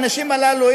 האנשים הללו,